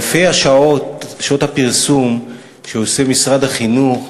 אלפי שעות הפרסום שמשרד החינוך